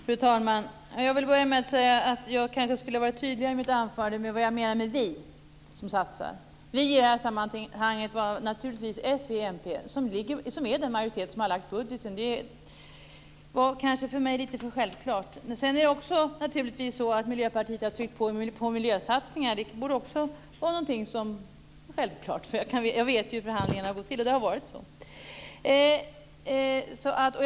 Fru talman! Jag vill börja med att säga att jag kanske skulle ha varit tydligare i mitt anförande med vad jag menar med vi som satsar. Vi i det här sammanhanget är naturligtvis s, v och mp, som är den majoritet som har lagt fram budgeten. Det var kanske för mig lite för självklart. Sedan har Miljöpartiet naturligtvis tryckt på för miljösatsningar. Det borde också vara något som är självklart, för jag vet ju hur förhandlingarna har gått till.